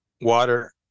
water